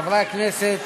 חברי הכנסת,